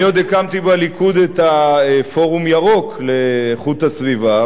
אני עוד הקמתי בליכוד את פורום ירוק לאיכות הסביבה,